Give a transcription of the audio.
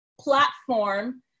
platform